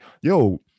yo